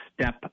step